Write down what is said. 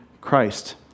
Christ